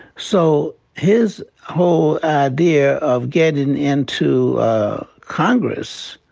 so his whole idea of getting into congress,